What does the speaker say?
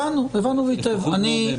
הבנו היטב.